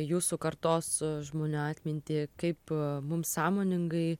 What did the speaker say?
jūsų kartos žmonių atmintį kaip mums sąmoningai